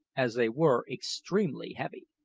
as they were extremely heavy.